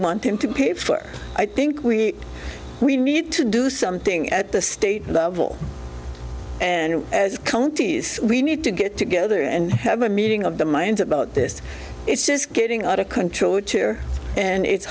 want them to pay for i think we we need to do something at the state level and as counties we need to get together and have a meeting of the minds about this it's just getting out of control and it's